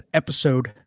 episode